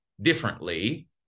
differently